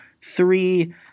three